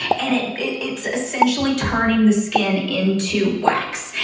and and it's essentially turning the skin into wax.